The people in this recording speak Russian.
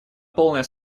полное